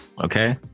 Okay